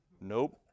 Nope